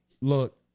look